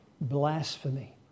Blasphemy